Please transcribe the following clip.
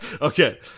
Okay